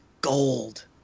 gold